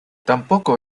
tampoco